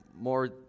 More